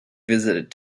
visited